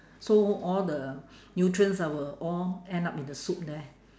so all the nutrients ah will all end up in the soup there